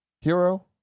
hero